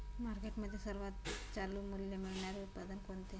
मार्केटमध्ये सर्वात चालू मूल्य मिळणारे उत्पादन कोणते?